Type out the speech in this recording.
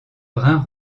brun